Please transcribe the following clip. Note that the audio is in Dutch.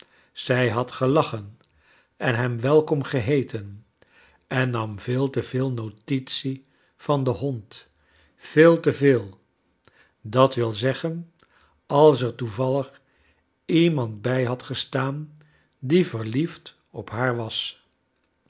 zij had gelachen en hem welkom geheeten en nam veel te veel notitie van den hond veel te veel d w z als er toevallig iemand bij had gestaan die verliefd op haar was